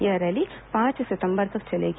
यह रैली पांच सितंबर तक चलेगी